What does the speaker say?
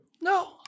No